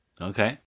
Okay